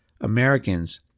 Americans